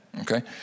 okay